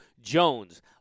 Jones